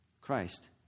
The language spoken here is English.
Christ